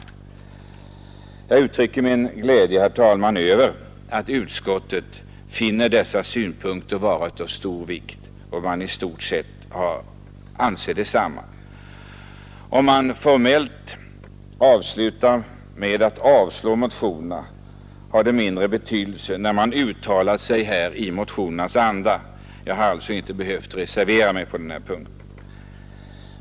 Jag uttrycker min glädje, herr talman, över att utskottet finner dessa synpunkter vara av stort värde. Att utskottet formellt slutar med att avslå motionen betyder mindre när man uttalar sig i dess anda. Jag har alltså inte behövt reservera mig på denna punkt.